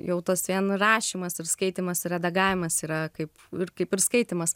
jau tas vien rašymas ir skaitymas ir redagavimas yra kaip ir kaip ir skaitymas